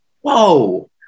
Whoa